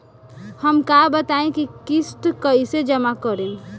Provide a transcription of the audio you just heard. हम का बताई की किस्त कईसे जमा करेम?